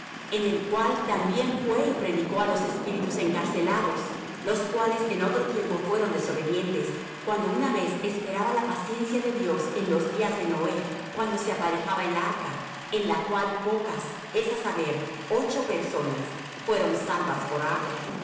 en el cual también fué y predicó á los espíritus encarcelados los cuales en otro tiempo fueron desobedientes cuando una vez esperaba la paciencia de dios en los días de noé cuando se aparejaba el arca en la cual pocas es á saber ocho personas fueron salvas por agua